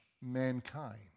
mankind